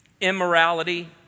immorality